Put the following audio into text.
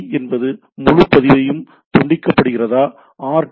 C என்பது முழு பதிவையும் துண்டிக்கப்படுகிறதா ஆர்